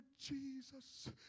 Jesus